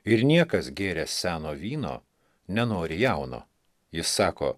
ir niekas gėręs seno vyno nenori jauno jis sako